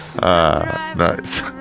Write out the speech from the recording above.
nice